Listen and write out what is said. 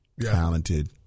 talented